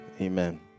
amen